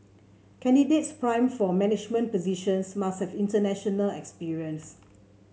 candidates primed for management positions must have international experience